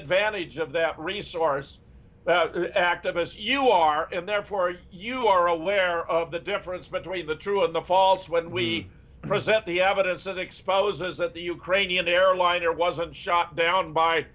advantage of that resource activists you are and therefore you are aware of the difference between the true of the false when we present the evidence that exposes that the ukrainian airliner wasn't shot down by